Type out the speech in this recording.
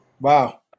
Wow